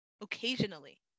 occasionally